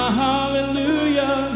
hallelujah